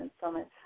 summit